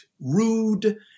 rude